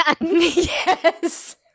yes